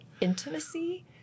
intimacy